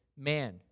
man